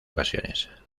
ocasiones